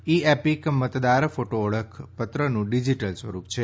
ઈ EPIC મતદાર photo ઓળખપત્રનું digital સ્વરૂપ છે